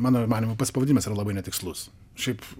mano manymu pats pavadinimas yra labai netikslus šiaip